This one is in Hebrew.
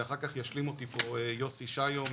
ואחר כך ימשיך אותי יוסי שעיו,